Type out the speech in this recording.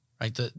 right